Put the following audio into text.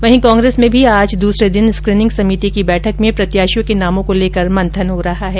वहीं कांग्रेस में भी आज दूसरे दिन स्क्रीनिंग समिति की बैठक में प्रत्याशियों के नामों को लेकर मंथन हो रहा है